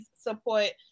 support